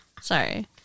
Sorry